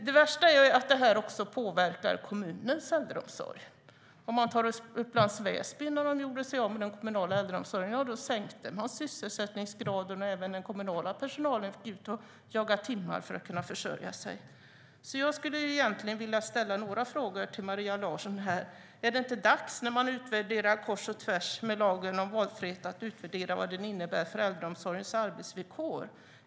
Det värsta är att det här också påverkar kommunernas äldreomsorg. Ta Upplands Väsby - när man gjorde sig av med den kommunala äldreomsorgen sänkte man sysselsättningsgraden, och även den kommunala personalen fick gå ut och jaga timmar för att kunna försörja sig. Jag skulle egentligen vilja ställa flera frågor till Maria Larsson. Är det inte dags, när man utvärderar lagen om valfrihet kors och tvärs, att utvärdera vad den innebär för äldreomsorgens arbetsvillkor?